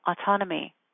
autonomy